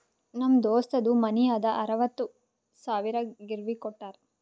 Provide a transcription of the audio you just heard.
ನಮ್ ದೋಸ್ತದು ಮನಿ ಅದಾ ಅರವತ್ತ್ ಸಾವಿರಕ್ ಗಿರ್ವಿಗ್ ಕೋಟ್ಟಾರ್